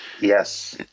Yes